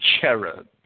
cherub